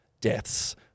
deaths